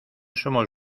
somos